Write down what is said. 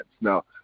Now